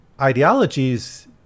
ideologies